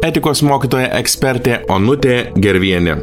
etikos mokytoja ekspertė onutė gervienė